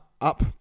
up